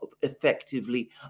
effectively